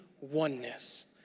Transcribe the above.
oneness